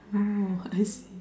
oh I see